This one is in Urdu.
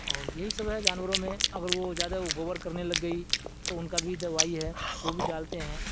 اور یہی سب ہے جانوروں میں اگر وہ زیادہ گوبر کرنے لگ گئی تو ان کا بھی دوائی ہے وہ بھی ڈالتے ہیں